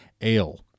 Ale